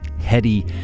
heady